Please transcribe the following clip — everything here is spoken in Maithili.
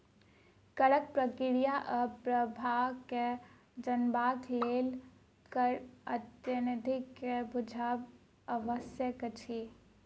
करक प्रक्रिया आ प्रभाव के जनबाक लेल कर अधिनियम के बुझब आवश्यक अछि